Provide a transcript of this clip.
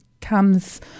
comes